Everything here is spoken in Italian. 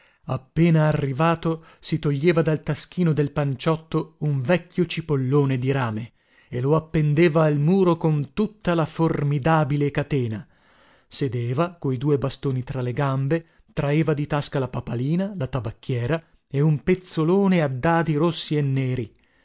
appena arrivato si toglieva dal taschino del panciotto un vecchio cipollone di rame e lo appendeva a muro con tutta la formidabile catena sedeva coi due bastoni fra le gambe traeva di tasca la papalina la tabacchiera e un pezzolone a dadi rossi e neri